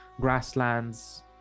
grasslands